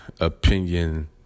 opinion